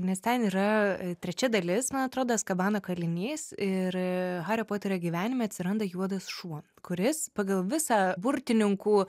nes ten yra trečia dalis man atrodo azkabano kalinys ir hario poterio gyvenime atsiranda juodas šuo kuris pagal visą burtininkų